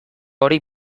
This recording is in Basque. hori